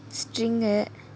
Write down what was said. string உ:u